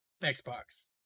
xbox